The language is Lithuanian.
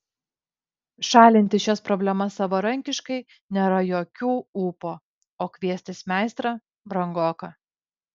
šalinti šias problemas savarankiškai nėra jokių ūpo o kviestis meistrą brangoka